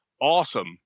awesome